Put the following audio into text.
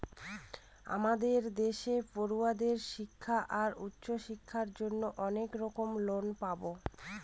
আমাদের দেশে পড়ুয়াদের শিক্ষা আর উচ্চশিক্ষার জন্য অনেক রকম লোন পাবো